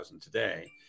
today